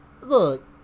look